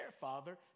father